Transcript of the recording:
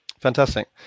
Fantastic